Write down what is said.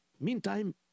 Meantime